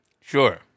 Sure